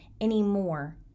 anymore